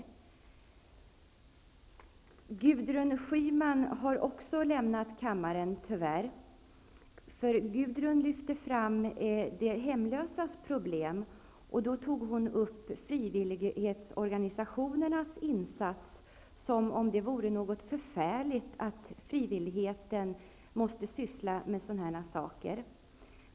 Också Gudrun Schyman har tyvärr lämnat kammaren. Hon belyste de hemlösas problem och tog upp frivilligorganisationernas insatser som om det var förfärligt att frivilligheten måste syssla med sådana saker.